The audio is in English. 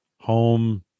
home